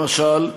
למשל,